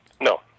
No